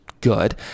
good